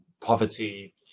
poverty